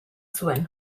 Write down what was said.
zuen